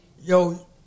yo